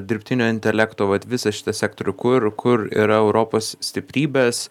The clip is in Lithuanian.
dirbtinio intelekto vat visą šitą sektorių kur kur yra europos stiprybės